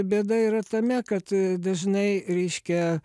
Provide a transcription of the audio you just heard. bėda yra tame kad dažnai reiškia